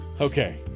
Okay